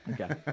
Okay